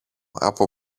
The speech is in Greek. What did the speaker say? από